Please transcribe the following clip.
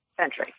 century